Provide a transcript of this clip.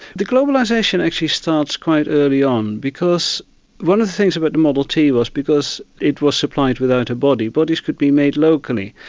the globalisation actually starts quite early on because one of the things about the model t was because it was supplied without a body, bodies could be made locally.